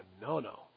no-no